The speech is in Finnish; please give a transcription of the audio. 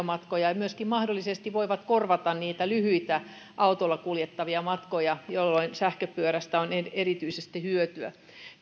matkoja ja myöskin mahdollisesti voivat korvata niitä lyhyitä autolla kuljettavia matkoja jolloin sähköpyörästä on erityisesti hyötyä